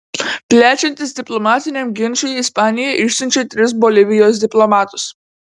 plečiantis diplomatiniam ginčui ispanija išsiunčia tris bolivijos diplomatus